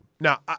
Now